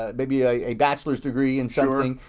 ah may be a bachelor's degree in something.